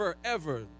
forever